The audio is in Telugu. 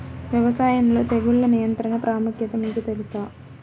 వ్యవసాయంలో తెగుళ్ల నియంత్రణ ప్రాముఖ్యత మీకు తెలుసా?